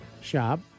shop